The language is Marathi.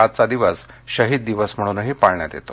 आजचा दिवस शहीद दिवस म्हणूनही पाळणयात येतो